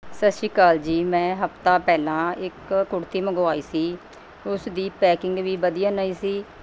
ਸਤਿ ਸ਼੍ਰੀ ਅਕਾਲ ਜੀ ਮੈਂ ਹਫਤਾ ਪਹਿਲਾਂ ਇੱਕ ਕੁੜਤੀ ਮੰਗਵਾਈ ਸੀ ਉਸ ਦੀ ਪੈਕਿੰਗ ਵੀ ਵਧੀਆ ਨਹੀਂ ਸੀ